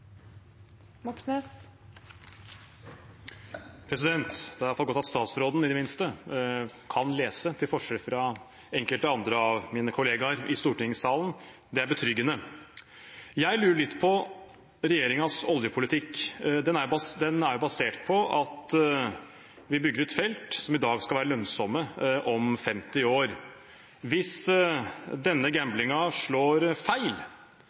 replikkordskifte. Det er iallfall godt at statsråden, i det minste, kan lese – til forskjell fra enkelte andre av mine kollegaer i stortingssalen. Det er betryggende. Jeg lurer litt på regjeringens oljepolitikk. Den er basert på at vi i dag bygger ut felt som skal være lønnsomme om 50 år. Hvis denne gamblingen slår feil,